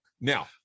now